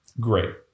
great